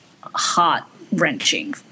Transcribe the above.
heart-wrenching